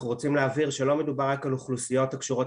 אנחנו רוצים להבהיר שלא מדובר רק על אוכלוסיות הקשורות